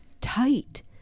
tight